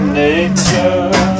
nature